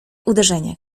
uderzenie